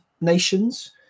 nations